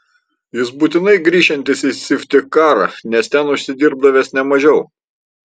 jis būtinai grįšiantis į syktyvkarą nes ten užsidirbdavęs ne mažiau